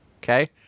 okay